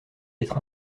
d’être